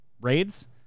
raids